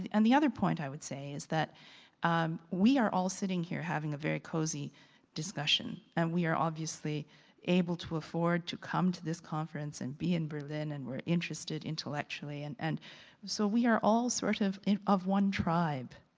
and the other point i would say, is that um we are all sitting here having a very cosy discussion and we are obviously able to afford to come to this conference and be in berlin and we're interested intellectually and and so we are all sort of, of one tribe.